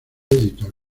editor